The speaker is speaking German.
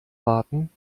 warten